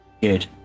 Good